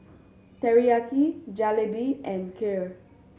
Teriyaki Jalebi and Kheer